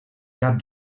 cap